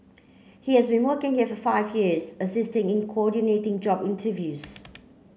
he has been working here for five years assisting in coordinating job interviews